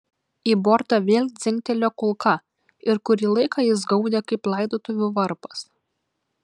į bortą vėl dzingtelėjo kulka ir kurį laiką jis gaudė kaip laidotuvių varpas